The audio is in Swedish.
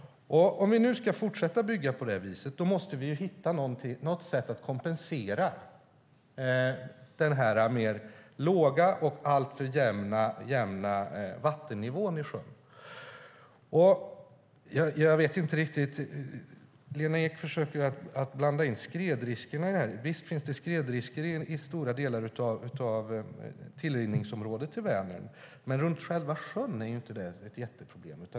Om vi ska fortsätta att bygga på det viset måste vi hitta något sätt att kompensera den låga och alltför jämna vattennivån i sjön. Lena Ek försöker blanda in skredriskerna i detta, och visst finns det skredrisker i stora delar av tillrinningsområdet till Vänern, men runt själva sjön är det inte något jätteproblem.